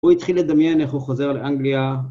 הוא התחיל לדמיין איך הוא חוזר לאנגליה.